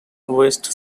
west